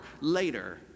later